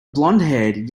blondhaired